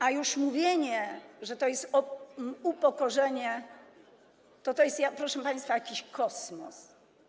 A już mówienie, że to jest upokorzenie, to jest to, proszę państwa, jakiś kosmos.